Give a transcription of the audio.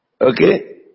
Okay